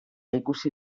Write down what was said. ikusi